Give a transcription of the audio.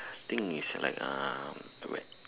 think is like ah what